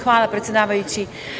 Hvala, predsedavajući.